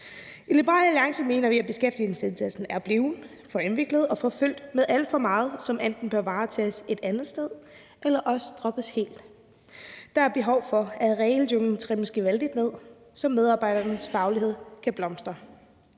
I Liberal Alliance mener vi, at beskæftigelsesindsatsen er blevet for indviklet og for fyldt med alt for meget, som enten bør varetages et andet sted eller også droppes helt. Der er behov for, at regeljunglen trimmes gevaldigt ned, så medarbejdernes faglighed kan blomstre.